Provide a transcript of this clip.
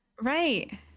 right